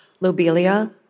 Lobelia